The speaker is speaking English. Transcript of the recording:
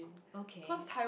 okay